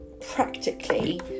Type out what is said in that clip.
Practically